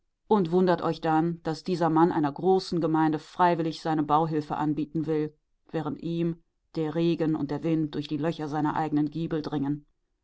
und wundert euch dann daß dieser mann einer großen gemeinde freiwillig seine bauhilfe anbieten will während ihm der regen und der wind durch die löcher seiner eigenen giebel dringen